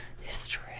History